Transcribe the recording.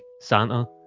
Santa